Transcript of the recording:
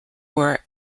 war